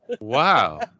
Wow